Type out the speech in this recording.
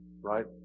Right